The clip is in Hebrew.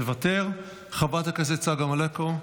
מוותר, חברת הכנסת צגה מלקו,